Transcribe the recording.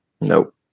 Nope